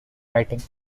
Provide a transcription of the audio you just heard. writing